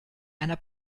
einer